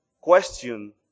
question